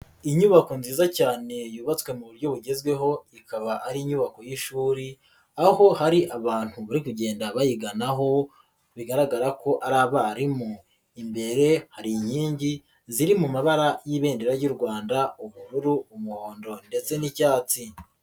Inyubako nziza cyane yubatswe mu buryo bugezweho, ikaba ari inyubako y'ishuri, aho hari abantu bari kugenda bayiganaho, bigaragara ko ari abarimu. Imbere hari inkingi ziri mu mabara y'ibendera ry'u Rwanda, ubururu, umuhondo ndetse n'icyatsi.